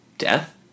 death